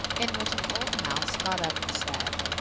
in which an old mouse got up and said,